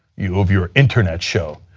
you of your internet show?